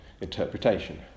interpretation